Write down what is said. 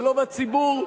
ולא בציבור,